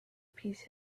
peace